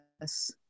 Yes